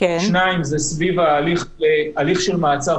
השני סביב הליך של מעצר,